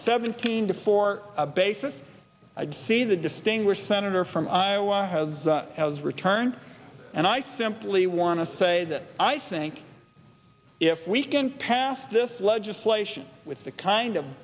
seventeen to four basis i'd say the distinguished senator from iowa has has returned and i simply want to say that i think if we can pass this legislation with the kind of